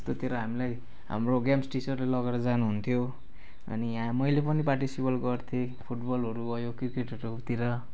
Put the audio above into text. त्यस्तोतिर हामीलाई हाम्रो गेम्स टिचरले लगेर जानुहुन्थ्यो अनि हा मैले पनि पार्टिसिपेट गर्थेँ फुटबलहरू भयो क्रिकेटहरूतिर